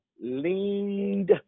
leaned